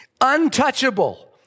untouchable